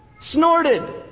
snorted